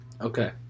Okay